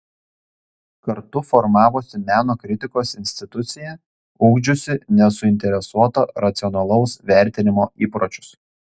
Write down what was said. kartu formavosi meno kritikos institucija ugdžiusi nesuinteresuoto racionalaus vertinimo įpročius